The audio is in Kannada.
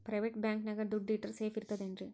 ಪ್ರೈವೇಟ್ ಬ್ಯಾಂಕ್ ನ್ಯಾಗ್ ದುಡ್ಡ ಇಟ್ರ ಸೇಫ್ ಇರ್ತದೇನ್ರಿ?